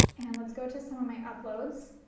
and let's go to some of my uploads.